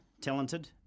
talented